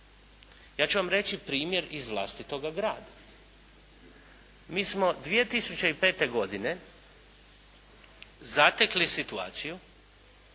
Ja ću vam reći primjer iz vlastitoga grada. Mi smo 2005. godine zatekli situaciju